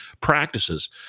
practices